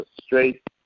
straight